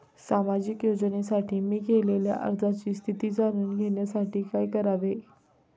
सामाजिक योजनेसाठी मी केलेल्या अर्जाची स्थिती जाणून घेण्यासाठी काय करावे?